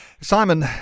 Simon